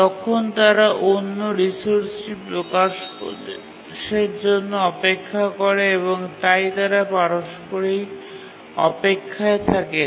তখন তারা অন্য রিসোর্সটি প্রকাশের জন্য অপেক্ষা করে এবং তাই তারা পারস্পরিক অপেক্ষায় থাকে